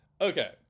okay